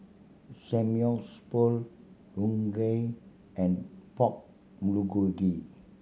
Samgyeopsal Unagi and Pork Bulgogi